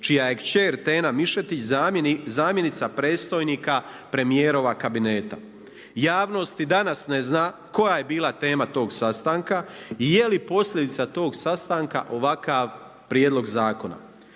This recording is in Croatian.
čija je kćer Tena Mišetić zamjenica predstojnika premijerova kabineta. Javnost i danas ne zna koja je bila tema tog sastanka i je li posljedica tog sastanka ovakav prijedlog zakona.